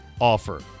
offer